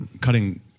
cutting